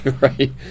Right